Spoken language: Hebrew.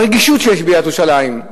ברגישות שיש בעיריית ירושלים,